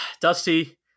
Dusty